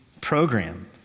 program